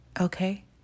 Okay